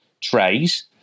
trays